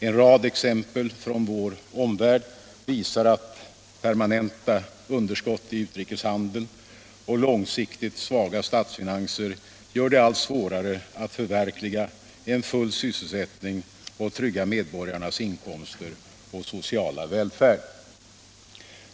En rad exempel från vår omvärld visar att permanenta underskott i utrikeshandeln och långsiktigt svaga statsfinanser gör det allt svårare att förverkliga en full sysselsättning och trygga medborgarnas inkomster och sociala välfärd.